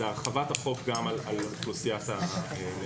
זה הרחבת החוק גם על אוכלוסיית הנאשמים.